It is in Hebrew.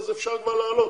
אז אפשר כבר לעלות.